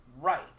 right